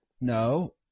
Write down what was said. No